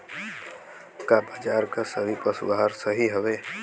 का बाजार क सभी पशु आहार सही हवें?